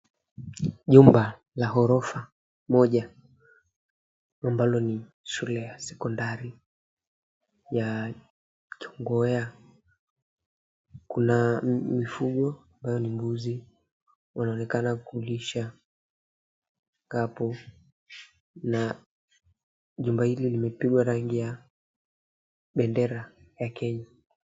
Jumba la ghorofa moja ambalo ni shule ya sekondari ya Kongowea. kuna mifugo ambayo ni mbuzi wanaonekana kulisha hapo na jumba hili limepigwa rangi ya bendera ya Kenya.